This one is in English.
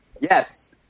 Yes